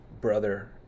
brother